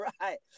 right